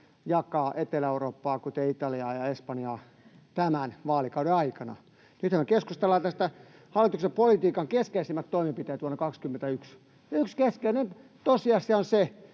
jakaa Etelä-Eurooppaan, kuten Italiaan ja Espanjaan, tämän vaalikauden aikana. Nythän me keskustellaan hallituksen politiikan keskeisimmistä toimenpiteistä vuonna 21. Yksi keskeinen tosiasia on se,